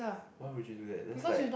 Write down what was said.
why would you do that that's like